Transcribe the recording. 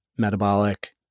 metabolic